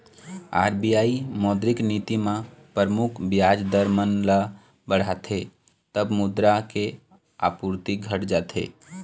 RBI मौद्रिक नीति म परमुख बियाज दर मन ल बढ़ाथे तब मुद्रा के आपूरति घट जाथे